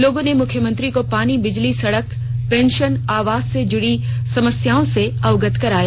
लोगों ने मुख्यमंत्री को पानी बिजली सड़क पेंशन आवास से जुड़ी समस्याओं से अवगत कराया